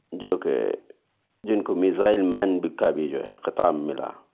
جو کہ جن کو میزائیل مین بھی کا بھی جو ہے خطاب ملا